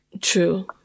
True